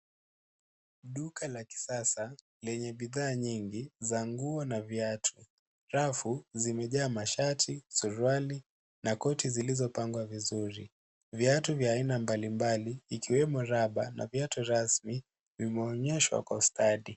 Duka la kisasa lenye bidhaa nyingi za nguo na viatu. Rafu zimejaa mashati, suruali na koti zilizopangwa vizuri. Viatu vya aina mbalimbali, ikiwemo raba na viatu rasmi, vimeonyeshwa kwa ustadi.